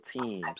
teams